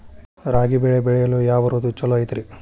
ರಾಗಿ ಬೆಳೆ ಬೆಳೆಯಲು ಯಾವ ಋತು ಛಲೋ ಐತ್ರಿ?